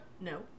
No